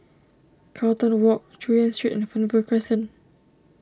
Carlton Walk Chu Yen Street and Fernvale Crescent